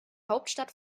hauptstadt